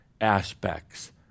aspects